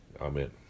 Amen